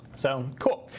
so cool.